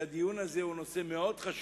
הדיון הזה מאוד חשוב,